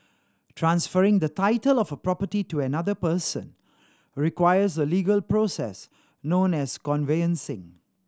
transferring the title of a property to another person requires a legal process known as conveyancing